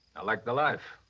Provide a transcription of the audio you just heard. i like the life,